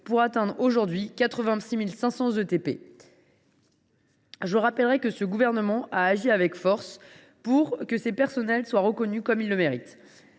pour atteindre 86 500 ETP. Je rappelle que le Gouvernement a agi avec force pour que ces personnels soient reconnus comme ils le méritent.